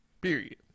Period